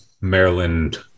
Maryland